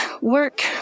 work